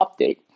update